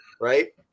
right